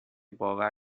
باور